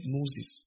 Moses